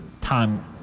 time